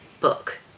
book